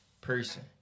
person